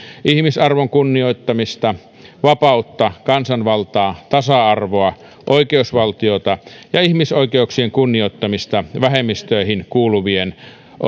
ihmisarvon kunnioittamista vapautta kansanvaltaa tasa arvoa oikeusvaltiota ja ihmisoikeuksien kunnioittamista vähemmistöihin kuuluvien